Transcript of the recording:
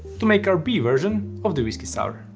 to make our bee-version of the whiskey sour.